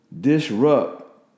disrupt